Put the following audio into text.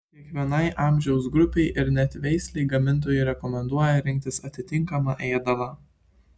kiekvienai amžiaus grupei ir net veislei gamintojai rekomenduoja rinktis atitinkamą ėdalą